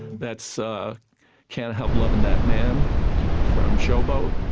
that's ah can't help lovin that man from showboat,